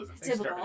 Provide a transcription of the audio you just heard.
Typical